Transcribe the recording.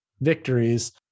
victories